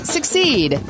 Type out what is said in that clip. Succeed